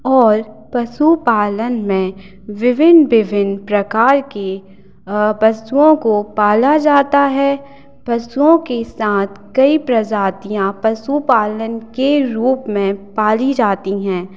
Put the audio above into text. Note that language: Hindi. और पशुपालन में विभिन्न विभिन्न प्रकार के पशुओं को पाला जाता है पशुओं के साथ कई प्रजातियाँ पशुपालन के रूप में पाली जाती हैं